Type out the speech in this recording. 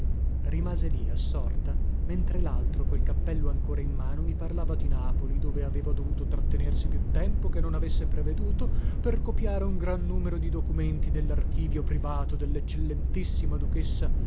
rimase lì assorta mentre laltro col cappello ancora in mano mi parlava di napoli dove aveva dovuto trattenersi più tempo che non avesse preveduto per copiare un gran numero di documenti dellarchivio privato delleccellentissima duchessa